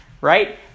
right